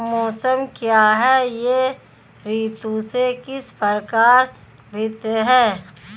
मौसम क्या है यह ऋतु से किस प्रकार भिन्न है?